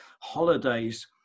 holidays